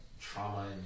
trauma